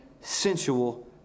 sensual